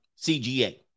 CGA